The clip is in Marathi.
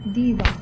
दिवा